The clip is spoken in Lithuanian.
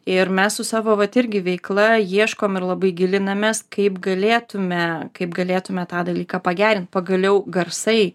ir mes su savo vat irgi veikla ieškom ir labai gilinamės kaip galėtume kaip galėtume tą dalyką pagerint pagaliau garsai